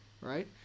Right